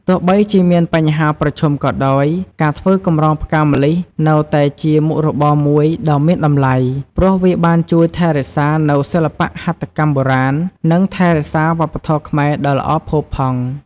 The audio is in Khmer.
ទោះបីជាមានបញ្ហាប្រឈមក៏ដោយ ការធ្វើកម្រងផ្កាម្លិះនៅតែជាមុខរបរមួយដ៏មានតម្លៃ ព្រោះវាបានជួយថែរក្សានូវសិល្បៈហត្ថកម្មបុរាណ និងថែរក្សាវប្បធម៌ខ្មែរដ៏ល្អផូរផង់។